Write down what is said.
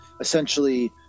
essentially